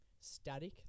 static